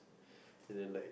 and then like